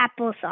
applesauce